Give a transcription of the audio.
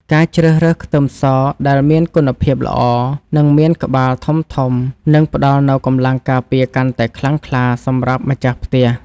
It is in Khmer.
ការជ្រើសរើសខ្ទឹមសដែលមានគុណភាពល្អនិងមានក្បាលធំៗនឹងផ្តល់នូវកម្លាំងការពារកាន់តែខ្លាំងក្លាសម្រាប់ម្ចាស់ផ្ទះ។